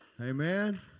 Amen